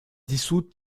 dissoute